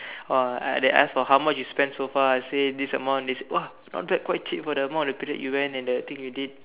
!wah! I they ask for how much you spend so far I say this amount they say !wah! not bad quite cheap for the amount of period you went and the thing you did